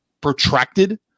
protracted